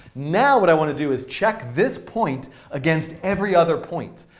now what i want to do is check this point against every other point.